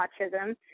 autism